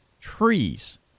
trees